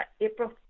April